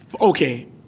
Okay